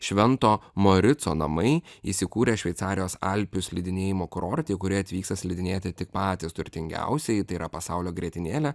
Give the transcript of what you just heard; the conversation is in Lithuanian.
švento morico namai įsikūrę šveicarijos alpių slidinėjimo kurorte į kurį atvyksta slidinėti tik patys turtingiausieji tai yra pasaulio grietinėlė